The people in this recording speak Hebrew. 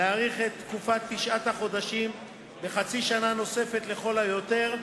להאריך את תקופת תשעת החודשים בחצי שנה נוספת לכל היותר.